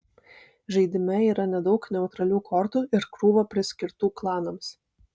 žaidime yra nedaug neutralių kortų ir krūva priskirtų klanams